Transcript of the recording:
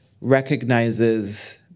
recognizes